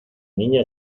niña